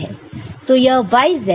तो यह x y और z है